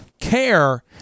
care